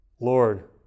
Lord